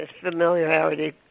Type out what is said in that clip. familiarity